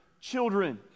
children